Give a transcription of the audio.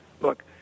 Look